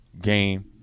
game